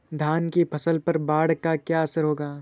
धान की फसल पर बाढ़ का क्या असर होगा?